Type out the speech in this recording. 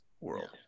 world